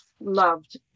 loved